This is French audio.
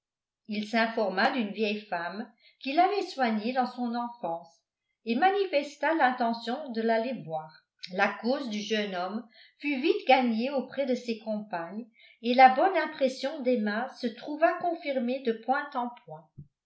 il s'informa d'une vieille femme qui l'avait soigné dans son enfance et manifesta l'intention de l'aller voir la cause du jeune homme fut vite gagnée auprès de ses compagnes et la bonne impression d'emma se trouva confirmée de point